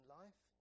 life